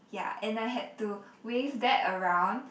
ya and I had to wave that around